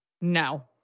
No